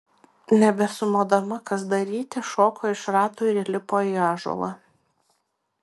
nebesumodama kas daryti šoko iš ratų ir įlipo į ąžuolą